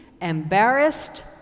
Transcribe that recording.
embarrassed